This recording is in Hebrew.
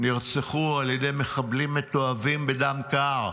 נרצחו על ידי מחבלים מתועבים, בדם קר.